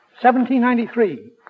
1793